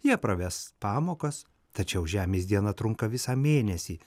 jie pravesti pamokas tačiau žemės diena trunka visą mėnesį